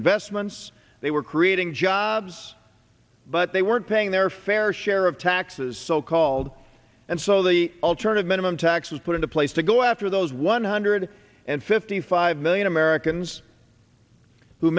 investments they were creating jobs but they weren't paying their fair share of taxes so called and so the alternative minimum tax was put into place to go after those one hundred and fifty five million americans who